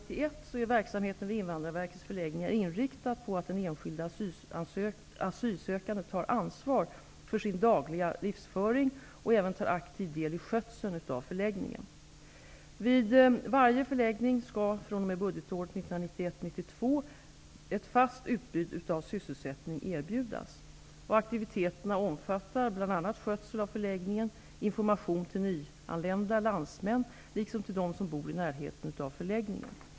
Invandrarverkets förläggningar inriktad på att den enskilde asylsökande tar ansvar för sin dagliga livsföring och även tar aktiv del i skötseln av förläggningen. Vid varje förläggning skall fr.o.m. budgetåret 1991/92 ett fast utbud av sysselsättning erbjudas. Aktiviteterna omfattar bl.a. skötsel av förläggningen, information till nyanlända landsmän liksom till dem som bor i närheten av förläggningen.